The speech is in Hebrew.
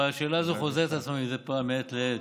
אבל השאלה הזו חוזרת על עצמה מדי פעם, מעת לעת.